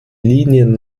linien